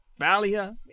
Valia